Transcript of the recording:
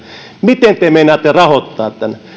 miten te meinaatte rahoittaa tämän